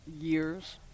years